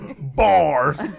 Bars